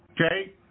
Okay